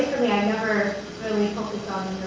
me, i never really focused